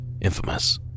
infamous